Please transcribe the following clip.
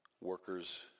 workers